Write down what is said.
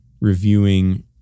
reviewing